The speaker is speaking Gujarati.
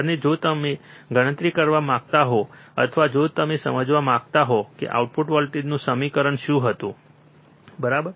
અને જો તમે ગણતરી કરવા માંગતા હો અથવા જો તમે સમજવા માંગતા હોવ કે આઉટપુટ વોલ્ટેજનું સમીકરણ શું હતું બરાબર